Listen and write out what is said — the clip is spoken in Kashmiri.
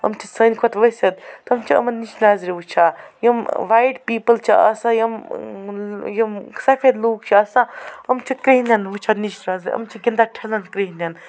یِم چھِ سانہِ کھۄتہٕ ؤسِتھ تِم چھِ یِمن نِچہِ نظرِ وُچھان یِم وایٹ پیٖپُل چھِ آسان یِم یِم سفید لُکھ چھِ آسان یِم چھِ کرٛہنٮ۪ن وُچھان نِچہِ نظرِ یِم چھِ گنٛدان ٹھِلن کرٛہنٮ۪ن